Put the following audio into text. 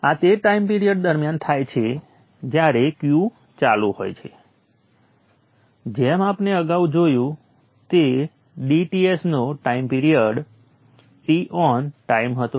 આ તે time period દરમિયાન થાય છે જ્યારે Q ચાલુ હોય છે જેમ આપણે અગાઉ જોયું તે dTs નો ટાઈમ પિરિયડ Ton ટાઈમ હતો